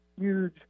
huge